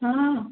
हाँ